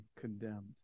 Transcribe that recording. condemned